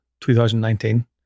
2019